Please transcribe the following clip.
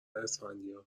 اسفندیار